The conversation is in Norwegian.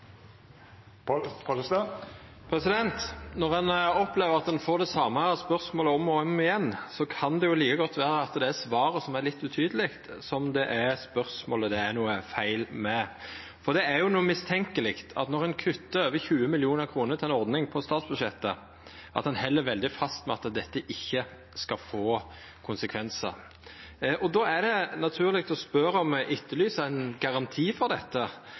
får det same spørsmålet om og om igjen, kan det like godt vera at svaret er litt utydeleg, som at det er spørsmålet det er noko feil med. Når ein kuttar over 20 mill. kr i ei ordning på statsbudsjettet, er det noko mistenkeleg med at ein held veldig fast ved at dette ikkje skal få konsekvensar. Då er det naturleg å spørja – og me etterlyser ein garanti for dette: